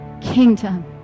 kingdom